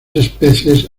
especies